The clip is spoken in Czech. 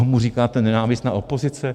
Tomu říkáte nenávistná opozice?